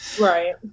Right